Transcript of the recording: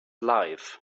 life